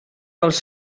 dels